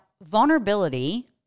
vulnerability